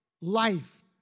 life